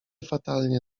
fatalnie